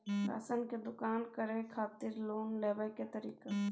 Ration के दुकान करै खातिर लोन लेबै के तरीका?